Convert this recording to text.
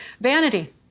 vanity